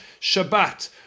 Shabbat